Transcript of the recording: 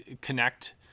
connect